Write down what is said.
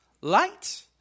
light